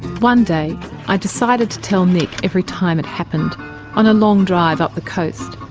one day i decided to tell nick every time it happened on a long drive up the coast,